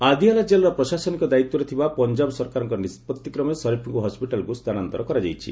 ଆଦିଆଲା ଜେଲ୍ର ପ୍ରଶାସନିକ ଦାୟିତ୍ୱରେ ଥିବା ପଞ୍ଜାବ ସରକାରଙ୍କ ନିଷ୍ପଭି କ୍ରମେ ଶରିଫ୍ଙ୍କୁ ହସ୍କିଟାଲ୍କୁ ସ୍ଥାନାନ୍ତର କରାଯାଇଛି